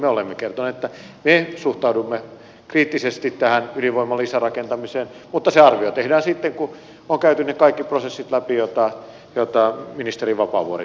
me olemme kertoneet että me suhtaudumme kriittisesti tähän ydinvoiman lisärakentamiseen mutta se arvio tehdään sitten kun on käyty kaikki ne prosessit läpi mitä ministeri vapaavuori tässä kuvasi